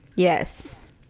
Yes